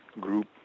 group